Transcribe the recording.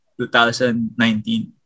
2019